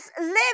live